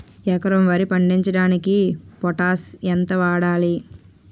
ఎకరం వరి పండించటానికి పొటాష్ ఎంత వాడాలి?